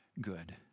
good